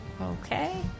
Okay